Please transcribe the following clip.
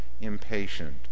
impatient